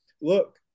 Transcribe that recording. look